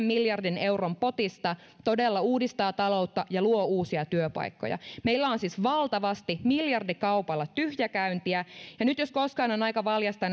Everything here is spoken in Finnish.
miljardin euron potista todella uudistaa taloutta ja luo uusia työpaikkoja meillä on on siis valtavasti miljardikaupalla tyhjäkäyntiä ja nyt jos koskaan on aika valjastaa